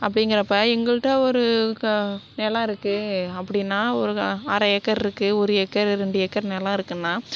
அப்படிங்குறப்ப எங்கள்ட ஒரு நிலோம் இருக்குது அப்படினா ஒரு அரை ஏக்கர் இருக்குது ஒரு ஏக்கர் ரெண்டு ஏக்கர் நிலோம் இருக்குனா